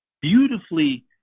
beautifully